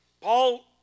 Paul